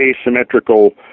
asymmetrical